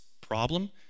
problem